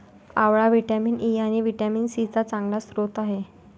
आवळा vitamin E आणि vitamin C चा चांगला स्रोत आहे